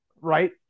right